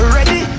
Ready